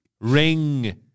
Ring